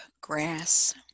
grass